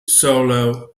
solo